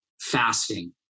fasting